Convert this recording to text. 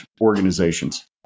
organizations